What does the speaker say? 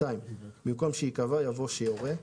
במקום "שיקבע" יבוא "שיורה".